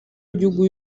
y’igihugu